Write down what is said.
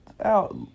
out